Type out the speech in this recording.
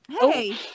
Hey